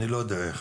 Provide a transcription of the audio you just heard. אני לא יודע איך,